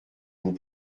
vous